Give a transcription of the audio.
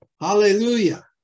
hallelujah